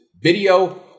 video